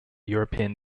european